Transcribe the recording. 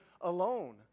alone